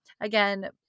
again